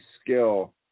skill